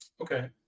Okay